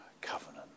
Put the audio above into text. covenant